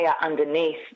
underneath